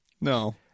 No